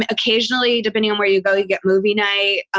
occasionally, depending on where you go, you get movie night.